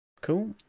Cool